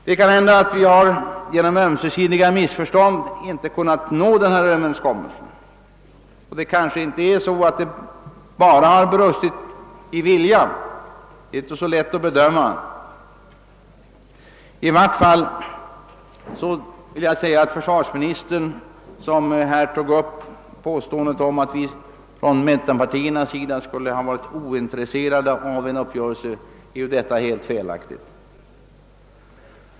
Det kan hända att vi genom ömsesidiga missförstånd inte har kunnat uppnå denna överenskommelse, och kanske det inte enbart har brustit i fråga om viljan; det är inte så lätt att bedöma detta. Försvarsministern gjorde ett påstående om att mittenpartierna skulle vara ointresserade av en uppgörelse, men detta är alldeles felaktigt.